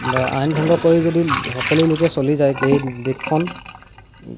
বা আইন ভংগ কৰি যদি সকলো লোকে চলি যায় সেই দেশখন